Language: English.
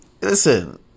listen